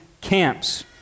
camps